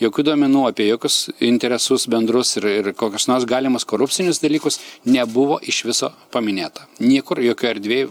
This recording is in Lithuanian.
jokių duomenų apie jokius interesus bendrus ir ir kokius nors galimus korupcinius dalykus nebuvo iš viso paminėta niekur jokioj erdvėj